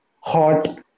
hot